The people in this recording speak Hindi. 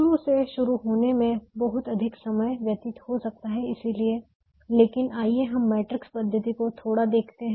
शुरू से शुरू होने में बहुत अधिक समय व्यतीत हो सकता है लेकिन आइए हम मैट्रिक्स पद्धति को थोड़ा देखते हैं